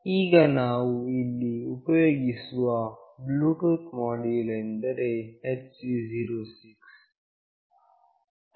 ಈಗ ನಾವು ಇಲ್ಲಿ ಉಪಯೋಗಿಸುವ ಬ್ಲೂಟೂತ್ ಮೋಡ್ಯುಲ್ ಎಂದರೆ HC 06